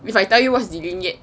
if I tell you what's delineate